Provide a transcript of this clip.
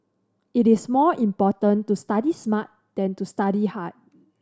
it is more important to study smart than to study hard